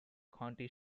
county